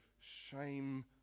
shame